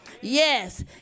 Yes